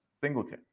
Singleton